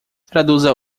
traduza